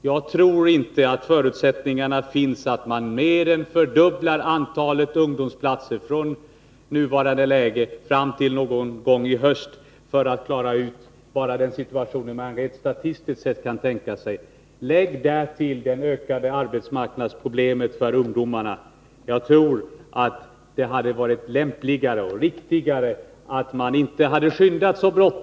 Jag tror inte att förutsättningarna finns för att man skall kunna mer än fördubbla antalet ungdomsplatser från nuvarande läge fram till någon gång i höst för att klara ut den situation som man rent statistiskt sett kan tänka sig. Lägg därtill det ökade arbetsmarknadsproblemet för ungdomarna. Jag tror att det hade varit lämpligare och riktigare att inte ha skyndat så fort.